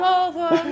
over